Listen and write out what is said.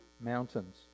mountains